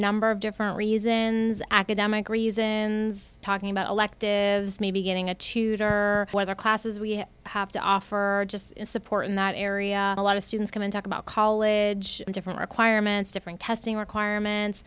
number of different reasons academic reasons talking about electives maybe getting a tutor or whether classes we have to offer support in that area a lot of students come and talk about college and different requirements different testing requirements